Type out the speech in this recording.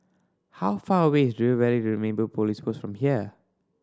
how far away is River Valley Neighbourhood Police Post from here